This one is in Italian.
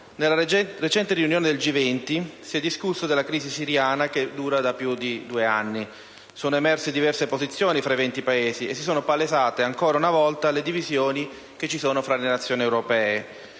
Nella recente riunione del G20 si è discusso della crisi siriana che dura da più di due anni. Sono emerse diverse posizioni fra i venti Paesi e si sono palesate ancora una volta le divisioni esistenti fra le Nazioni europee.